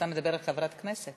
אתה מדבר על חברת כנסת.